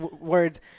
words